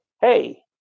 hey